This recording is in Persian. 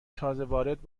تازهوارد